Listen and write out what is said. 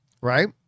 right